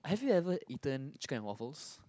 have you ever eaten chicken and waffles